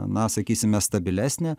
na sakysime stabilesnė